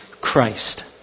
Christ